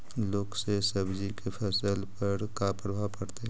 लुक से सब्जी के फसल पर का परभाव पड़तै?